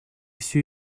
все